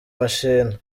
mashini